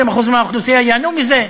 20% מהאוכלוסייה ייהנו מזה?